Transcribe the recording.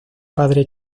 padre